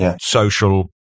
social